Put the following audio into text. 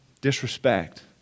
disrespect